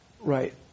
Right